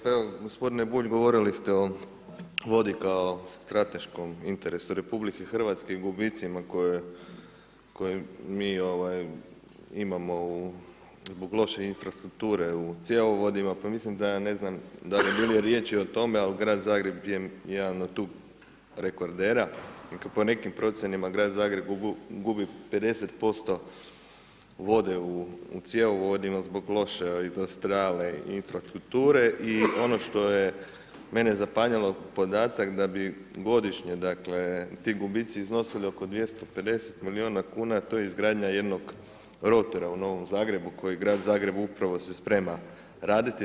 Pa evo gospodine Bulj, govorili ste o vodi kao strateškom interesu RH i gubicima koje mi imamo zbog loše infrastrukture u cjevovodima, pa mislim da bi bilo riječi o tome, ali grad Zagreb je jedan od tu rekordera, po nekim procjenama grad Zagreb gubi 50% vode u cjevovodima zbog loše … infrastrukture i ono što je mene zapanjilo podatak da bi godišnje ti gubitci iznosili oko 250 milijuna kuna, to je izgradnja jednog rotora u Novom Zagrebu kojeg grad Zagreb upravo se sprema raditi.